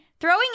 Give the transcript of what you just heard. Throwing